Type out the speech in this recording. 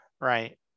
right